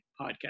podcast